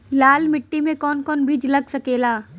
लाल मिट्टी में कौन कौन बीज लग सकेला?